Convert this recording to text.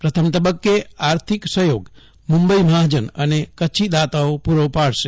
પ્રથમ તબક્કે આર્થિક સહયોગ મુંબઇ મહાજન અને કચ્છી દાતાઓ પૂરું પાડશે